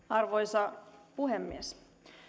arvoisa puhemies